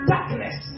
Darkness